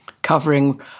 covering